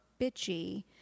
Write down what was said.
bitchy